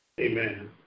Amen